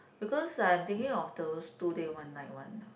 because I'm thinking of those two day one night one